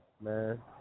man